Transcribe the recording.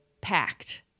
packed